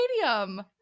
stadium